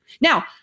Now